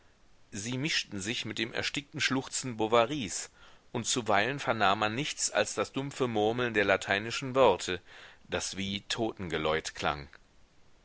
sie mischten sich mit dem erstickten schluchzen bovarys und zuweilen vernahm man nichts als das dumpfe murmeln der lateinischen worte das wie totengeläut klang